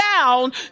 down